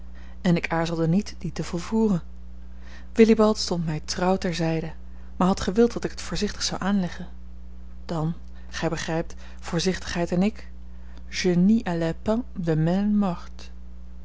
en ik aarzelde niet die te volvoeren willibald stond mij trouw ter zijde maar had gewild dat ik het voorzichtig zou aanleggen dan gij begrijpt voorzichtigheid en ik je n'y allais pas de main